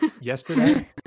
yesterday